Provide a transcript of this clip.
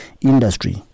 industry